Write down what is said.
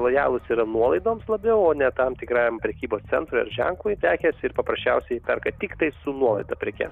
lojalūs yra nuolaidoms labiau o ne tam tikrajam prekybos centrui ženklui prekės ir paprasčiausiai perka tiktai su nuolaida prekes